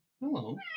Hello